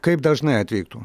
kaip dažnai atvyktų